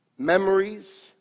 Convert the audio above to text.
Memories